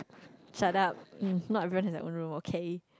shut up um not everyone has their own room okay